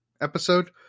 episode